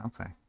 Okay